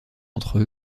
entre